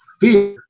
Fear